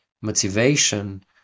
motivation